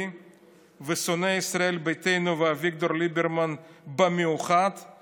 ושונא ישראל ביתנו ואביגדור ליברמן במיוחד,